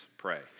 Pray